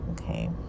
Okay